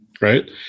Right